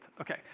Okay